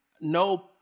No